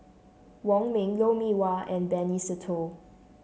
Wong Ming Lou Mee Wah and Benny Se Teo